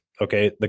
Okay